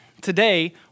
today